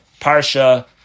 Parsha